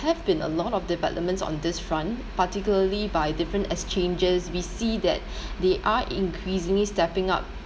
have been a lot of developments on this front particularly by different exchanges we see that they are increasingly stepping up